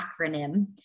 acronym